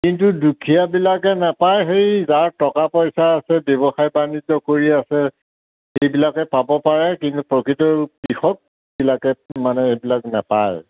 কিন্তু দুখীয়াবিলাকে নাপায় সেই যাৰ টকা পইচা আছে ব্যৱসায় বাণিজ্য কৰি আছে এইবিলাকে পাব পাৰে কিন্তু প্ৰকৃত কৃষক বিলাকে মানে এইবিলাক নাপায়